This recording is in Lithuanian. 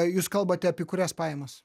jūs kalbate apie kurias pajamas